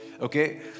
Okay